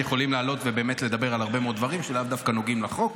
יכולים לעלות ובאמת לדבר על הרבה מאוד דברים שלאו דווקא נוגעים לחוק,